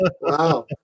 Wow